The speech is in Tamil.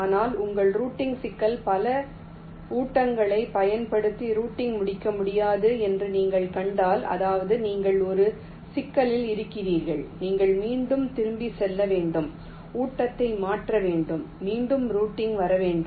ஆனால் உங்கள் ரூட்டிங் சிக்கல் பல ஊட்டங்களைப் பயன்படுத்தி ரூட்டிங் முடிக்க முடியாது என்று நீங்கள் கண்டால் அதாவது நீங்கள் ஒரு சிக்கலில் இருக்கிறீர்கள் நீங்கள் மீண்டும் திரும்பிச் செல்ல வேண்டும் ஊட்டத்தை மாற்ற வேண்டும் மீண்டும் ரூட்டிங் வர வேண்டும்